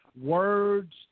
words